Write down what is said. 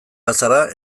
bazara